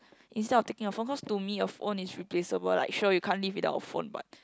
instead of taking a phone cause to me a phone is replaceable like sure you can't live without a phone but